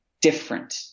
different